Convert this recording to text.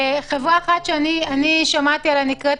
חברה אחת שאני שמעתי עליה נקראת